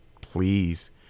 please